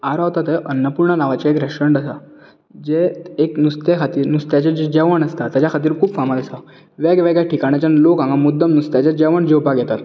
हांव रावता थंय अन्नपूर्णा नावांचे एक रॅस्टोरंट आसा जे एक नुस्तें खातीर नुस्त्याचे जे जेवण आसता तेज्या खातीर खूब फामाद आसा वेगवेगळ्या ठिकाणाच्यान लोक हांगा मुद्दम नुस्त्याचे जेवण जेवपाक येतात